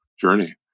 journey